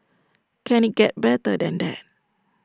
can IT get better than that